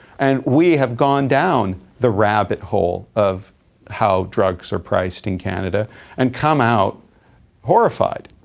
and we have gone down the rabbit hole of how drugs are priced in canada and come out horrified.